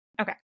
Okay